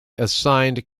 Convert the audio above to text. assigned